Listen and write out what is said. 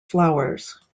flowers